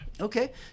okay